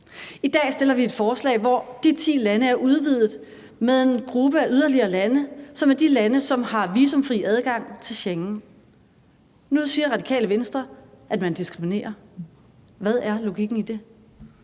vi et beslutningsforslag, hvor de ti lande er udvidet med en gruppe af yderligere lande, som er de lande, som har visumfri adgang til Schengen. Nu siger Radikale Venstre, at man diskriminerer. Hvad er logikken i det?